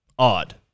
Odd